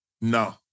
No